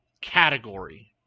category